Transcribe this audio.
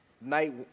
night